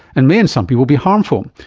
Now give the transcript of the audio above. and may in some people be harmful.